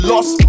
Lost